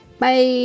Bye